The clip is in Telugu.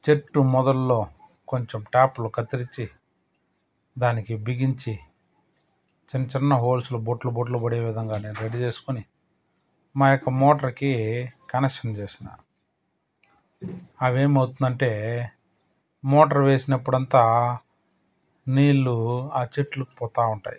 చెట్టు మొదల్లో కొంచెం టాప్లు కత్తిరించి దానికి బిగించి చిన్న చిన్న హోల్స్లో బొట్లు బొట్లు పడేవిధంగా నేను రెడీ చేసుకుని మా యొక్క మోటార్కి కనెక్షన్ చేసిన అవేమవుతుందంటే మోటర్ వేసినప్పుడు అంతా నీళ్లు ఆ చెట్లు పోతా ఉంటాయి